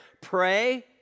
Pray